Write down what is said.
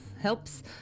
helps